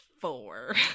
four